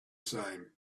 same